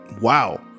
wow